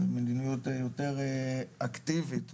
על מדיניות יותר אקטיבית.